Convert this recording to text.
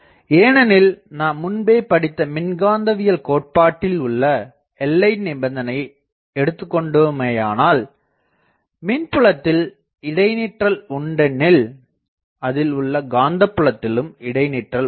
ஏனெனில் நாம் முன்பே படித்த மின்காந்தவியல் கோட்பாட்டில் உள்ள எல்லை நிபந்தனையை எடுத்துக்கொண்டோமெயானல் மின்புலத்தில் இடைநிற்றல் உண்டெனில் அதில் உள்ள காந்த புலத்திலும் இடைநிற்றல் உள்ளது